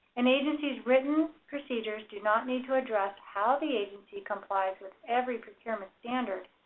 an agency's written procedures do not need to address how the agency complies with every procurement standard,